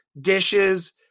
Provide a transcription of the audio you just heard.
dishes